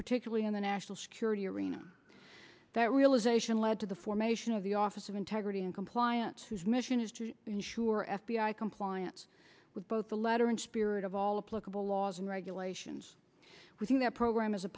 particularly in the national security arena that realisation led to the formation of the office of integrity and compliance whose mission is to ensure f b i compliance with both the letter and spirit of all the political laws and regulations within that program is a